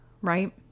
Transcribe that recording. right